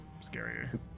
scarier